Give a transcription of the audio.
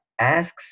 asks